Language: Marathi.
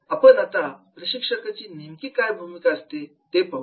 आपण आता प्रशिक्षकाची नेमकी काय भूमिका असते ते बघूया